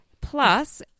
Plus